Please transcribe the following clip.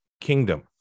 kingdom